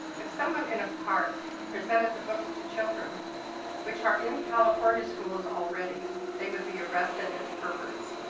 if someone in a park presented the books to children which are in california schools already, they would be arrested as perverts.